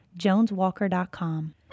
JonesWalker.com